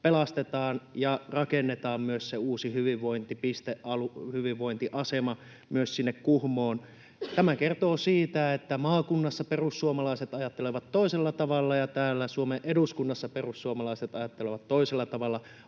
pelastetaan ja rakennetaan se uusi hyvinvointiasema myös sinne Kuhmoon. Tämä kertoo siitä, että maakunnassa perussuomalaiset ajattelevat toisella tavalla ja täällä Suomen eduskunnassa perussuomalaiset ajattelevat toisella tavalla